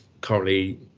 Currently